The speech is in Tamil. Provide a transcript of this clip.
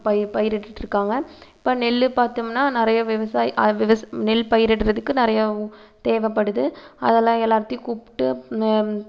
பயிர் பயிரிட்டுட்டு இருக்காங்க இப்போ நெல் பாத்தோம்னா நிறையா விவசாயி நெல் பயிரிடுறதுக்கு நிறையா தேவைப்படுது அதெல்லாம் எல்லாத்தையும் கூப்பிட்டு